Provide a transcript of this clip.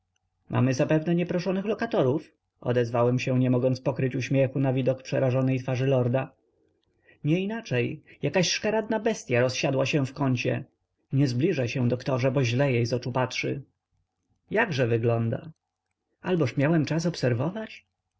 mamy zapewne nieproszonych lokatorów odezwałem się nie mogąc pokryć uśmiechu na widok przerażonej twarzy lorda nieinaczej jakaś szkaradna bestya rozsiadła się w kącie nie zbliżaj się doktorze bo źle jej z oczu patrzy jakże wygląda alboż miałem czas obserwować